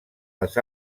les